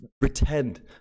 pretend